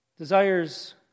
Desires